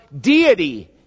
deity